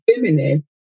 feminine